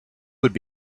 would